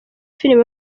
filime